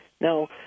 Now